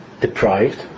deprived